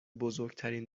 بزرگترین